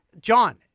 John